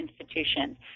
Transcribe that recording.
institutions